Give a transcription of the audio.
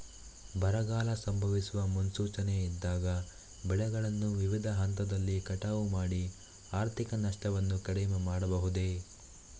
ಬರಗಾಲ ಸಂಭವಿಸುವ ಮುನ್ಸೂಚನೆ ಇದ್ದಾಗ ಬೆಳೆಗಳನ್ನು ವಿವಿಧ ಹಂತದಲ್ಲಿ ಕಟಾವು ಮಾಡಿ ಆರ್ಥಿಕ ನಷ್ಟವನ್ನು ಕಡಿಮೆ ಮಾಡಬಹುದೇ?